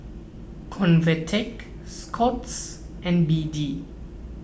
Convatec Scott's and B D